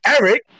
Eric